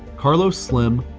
carlos slim,